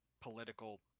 Political